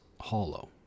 hollow